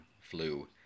flu